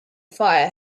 fire